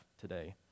today